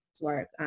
work